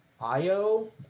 Io